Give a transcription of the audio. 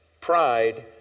pride